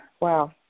wow